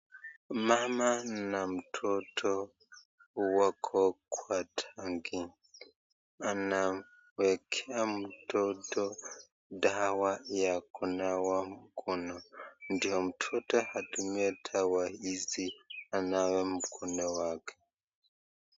Mama na mtoto wako kwa tanki, anamwekea mtoto dawa ya kunawa mkono ndo mtoto atumie dawa hizi anawe mkono wake.